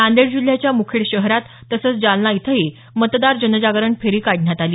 नांदेड जिल्ह्याच्या मुदखेड शहरात तसंच जालना इथंही मतदार जनजागरण फेरी काढण्यात आली